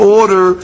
order